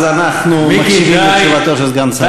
לא, אז אנחנו מקשיבים לתשובתו של סגן שר האוצר.